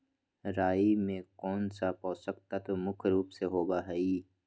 राई में कौन सा पौषक तत्व मुख्य रुप से होबा हई?